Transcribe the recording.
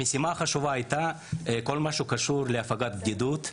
המשימה החשובה הייתה כל מה שקשור להפגת בדידות.